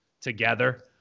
together